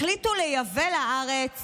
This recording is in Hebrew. החליט לייבא לארץ